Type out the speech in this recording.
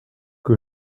que